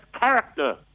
character